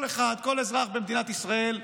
כל אחד, כל אזרח במדינת ישראל,